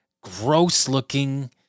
gross-looking